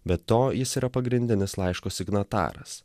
be to jis yra pagrindinis laiško signataras